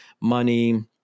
money